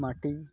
ମାଟି